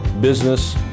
business